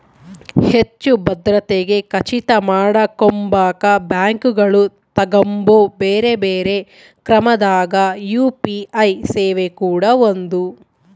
ಹೆಚ್ಚು ಭದ್ರತೆಗೆ ಖಚಿತ ಮಾಡಕೊಂಬಕ ಬ್ಯಾಂಕುಗಳು ತಗಂಬೊ ಬ್ಯೆರೆ ಬ್ಯೆರೆ ಕ್ರಮದಾಗ ಯು.ಪಿ.ಐ ಸೇವೆ ಕೂಡ ಒಂದು